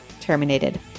terminated